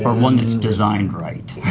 one that's designed right.